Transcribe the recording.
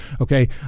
Okay